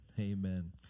Amen